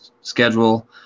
schedule